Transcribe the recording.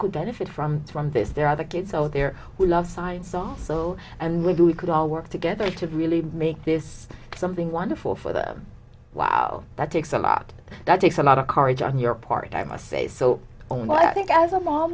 could benefit from from this there are other kids out there we love science also and we could all work together to really make this something wonderful for them wow that takes a lot that takes a lot of courage on your part i must say so oh no i think as a